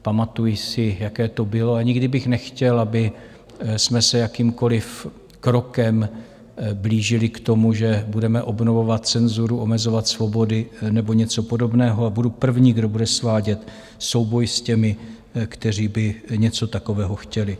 Pamatuji si, jaké to bylo, a nikdy bych nechtěl, abychom se jakýmkoliv krokem blížili k tomu, že budeme obnovovat cenzuru, omezovat svobody nebo něco podobného, a budu první, kdo bude svádět souboj s těmi, kteří by něco takového chtěli.